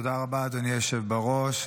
תודה רבה, אדוני היושב בראש.